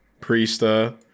Priesta